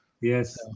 Yes